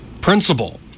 principal